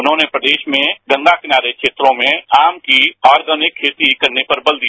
उन्होंने प्रदेश में गंगा किनारे क्षेत्रों में आम की ऑर्गेनिक खेती करने पर बल दिया